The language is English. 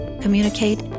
communicate